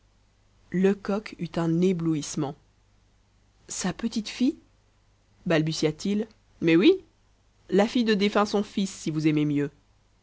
lecoq eut un éblouissement sa petite fille balbutia-t-il mais oui la fille de défunt son fils si vous aimez mieux